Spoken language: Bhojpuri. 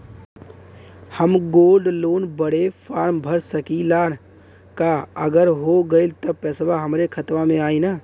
हम गोल्ड लोन बड़े फार्म भर सकी ला का अगर हो गैल त पेसवा हमरे खतवा में आई ना?